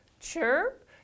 chirp